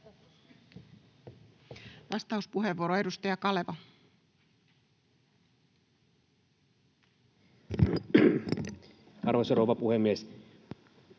Vastauspuheenvuoro, edustaja Kaleva. Arvoisa rouva puhemies!